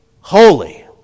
holy